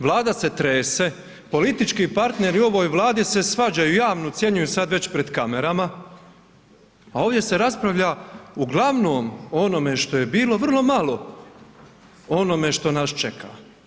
Vlada se trese, politički partneri u ovoj Vladi se svađaju, javno ucjenjuju sad već pred kamerama a ovdje se raspravlja uglavnom o onome što je bilo vrlo malo o onome što nas čeka.